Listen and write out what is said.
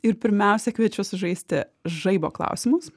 ir pirmiausia kviečiu sužaisti žaibo klausimus